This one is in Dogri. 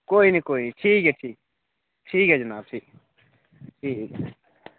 कोई निं कोई निं ठीक ऐ ठीक ऐ ठीक ऐ जनाब ठीक ऐ ठीक ऐ